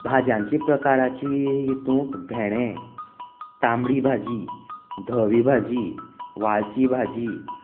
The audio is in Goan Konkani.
भाजयांचें प्रकाराच्या हितून भेंडे तांबडी भाजी धवी भाजी वाळची भाजी